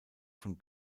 von